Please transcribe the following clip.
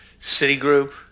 Citigroup